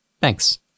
thanks